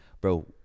bro